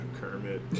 Kermit